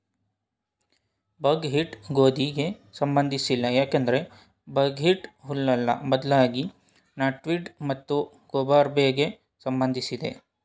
ಬಕ್ wheat ಗೋಧಿಗೆ ಸಂಬಂಧಿಸಿಲ್ಲ ಯಾಕಂದ್ರೆ ಬಕ್ಹ್ವೀಟ್ ಹುಲ್ಲಲ್ಲ ಬದ್ಲಾಗಿ ನಾಟ್ವೀಡ್ ಮತ್ತು ರೂಬಾರ್ಬೆಗೆ ಸಂಬಂಧಿಸಿದೆ